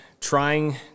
trying